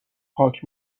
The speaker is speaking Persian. پاک